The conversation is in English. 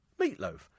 Meatloaf